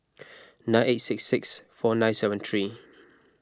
nine eight six six four nine seven three